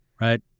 right